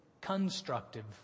constructive